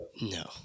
No